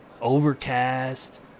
Overcast